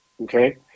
okay